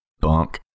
bunk